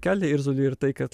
kelia irzulį ir tai kad